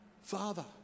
father